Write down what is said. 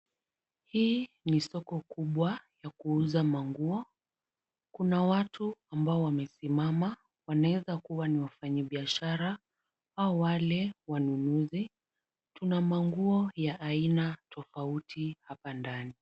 Hii ni soko kubwa la kuuza manguo .Kuna watu ambao wamesimama wanaeza kuwa ni wafanyi biashara au wale wanunuzi. Kuna manguo ya aina tofauti hapa ndani.